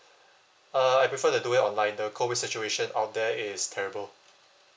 uh I prefer to do it online the COVID situation out there is terrible